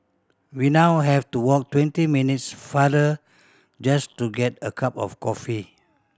we now have to walk twenty minutes farther just to get a cup of coffee